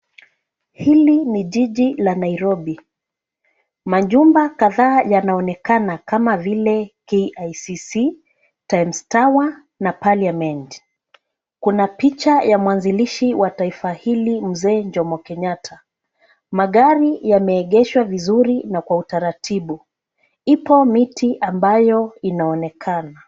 Hili ni jiji la Nairobi majumba kadhaa yanaonekana kama vile KICC, Times Tower na Parliament. Kuna picha ya mwanzilishi wa taifa hili mzee Jomo Kenyatta. Magari yameegeshwa vizuri na kwa utaratibu ipo miti ambayo inaonekana.